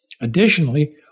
Additionally